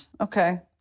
Okay